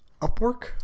Upwork